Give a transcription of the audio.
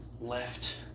Left